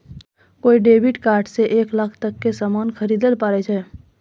कोय debit card से एक लाख तक के सामान खरीदैल पारै छो